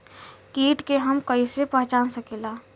कीट के हम कईसे पहचान सकीला